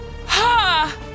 Ha